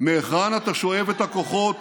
מהיכן אתה שואב את הכוחות